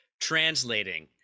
translating